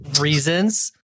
Reasons